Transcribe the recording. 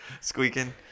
Squeaking